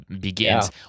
begins